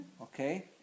Okay